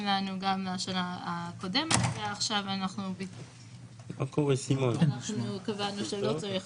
לנו גם לשנה הקודמת ועכשיו אנחנו קבענו שלא צריך